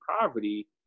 poverty